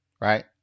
right